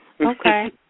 Okay